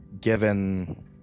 given